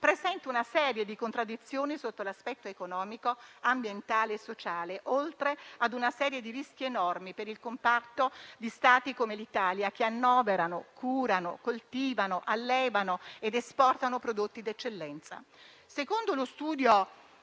presenta una serie di contraddizioni sotto l'aspetto economico, ambientale e sociale, oltre ad una serie di rischi enormi per gli Stati come l'Italia che annoverano, curano, coltivano, allevano ed esportano prodotti d'eccellenza. Secondo uno studio